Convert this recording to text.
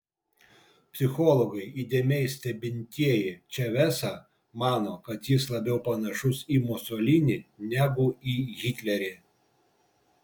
psichologai įdėmiai stebintieji čavesą mano kad jis labiau panašus į musolinį negu į hitlerį